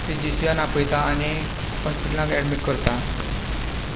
physician आपयतात आनी हॉस्पीटलांत एडमिट करतात